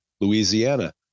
Louisiana